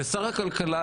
לשר הכלכלה,